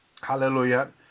hallelujah